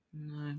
No